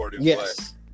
Yes